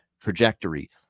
trajectory